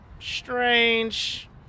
Strange